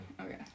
Okay